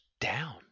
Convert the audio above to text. down